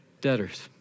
debtors